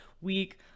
week